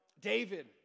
David